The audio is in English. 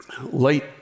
late